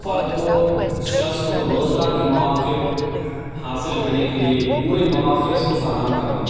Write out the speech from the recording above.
فرد کو شخص کو روزگار کے مواقع حاصل رہنے کے لیے پورے مواقع اس کو فراہم کرنا